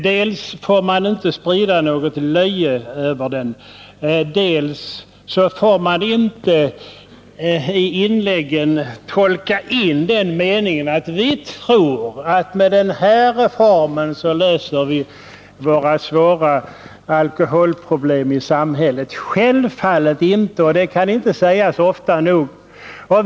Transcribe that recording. Dels får man inte sprida löje över den, dels får man självfallet inte i inläggen tolka in den meningen att vi tror att vi med den här reformen löser samhällets svåra alkoholproblem. Och det kan inte sägas nog ofta.